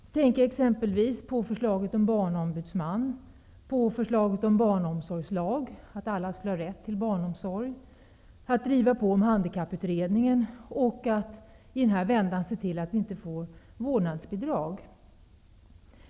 Jag tänker exempelvis på förslaget om barnombudsman, förslaget om barnomsorgslag, att alla skulle ha rätt till barnomsorg, att man drivit på om handikapputredningen och att man i den här vändan ser till att vi inte får ett vårdnadsbidrag.